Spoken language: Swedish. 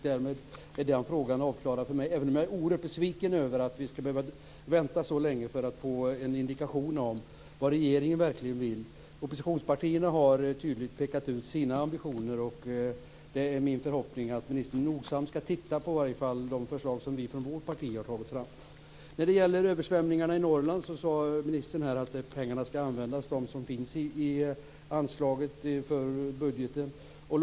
Därmed är den frågan avklarad för mig, även om jag är oerhört besviken över att vi ska behöva vänta så länge för att få en indikation om vad regeringen verkligen vill. Oppositionspartierna har tydligt pekat ut sina ambitioner, och det är min förhoppning att ministern nogsamt ska titta på i varje fall de förslag som vi från vårt parti har tagit fram. När det gäller översvämningarna i Norrland sade ministern att de pengar som finns i anslaget i budgeten ska användas.